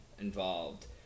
involved